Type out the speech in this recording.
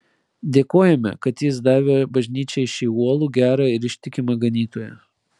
dėkojame kad jis davė bažnyčiai šį uolų gerą ir ištikimą ganytoją